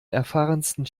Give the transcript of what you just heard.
erfahrensten